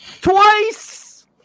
Twice